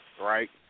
right